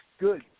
good